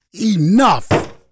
Enough